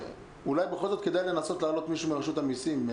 אולי בכל זאת כדאי לנסות להעלות מישהו מרשות המסים.